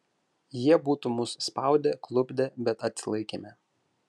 jie būtų mus spaudę klupdę bet atsilaikėme